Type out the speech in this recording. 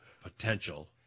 potential